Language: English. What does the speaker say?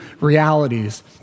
realities